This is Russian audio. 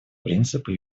принципы